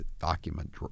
document